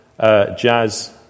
jazz